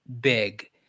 big